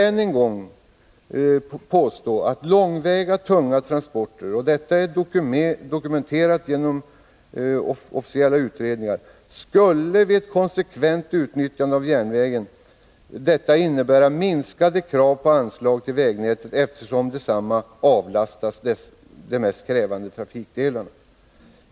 än en gång framhålla — och det är dokumenterat i officiella utredningar — att ett konsekvent utnyttjande av järnvägen för långväga tunga transporter skulle innebära minskade krav på anslag till vägnätet, eftersom detsamma avlastas de mest krävande trafikdelarna.